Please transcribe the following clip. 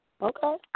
Okay